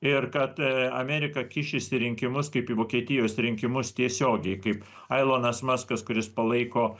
ir kad amerika kišis į rinkimus kaip į vokietijos rinkimus tiesiogiai kaip elonas muskas kuris palaiko